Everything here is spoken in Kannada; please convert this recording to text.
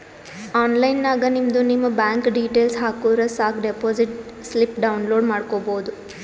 ಆನ್ಲೈನ್ ನಾಗ್ ನಿಮ್ದು ನಿಮ್ ಬ್ಯಾಂಕ್ ಡೀಟೇಲ್ಸ್ ಹಾಕುರ್ ಸಾಕ್ ಡೆಪೋಸಿಟ್ ಸ್ಲಿಪ್ ಡೌನ್ಲೋಡ್ ಮಾಡ್ಕೋಬೋದು